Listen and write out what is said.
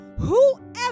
Whoever